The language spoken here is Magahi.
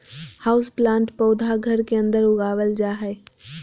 हाउसप्लांट पौधा घर के अंदर उगावल जा हय